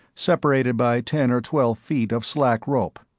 separated by ten or twelve feet of slack rope,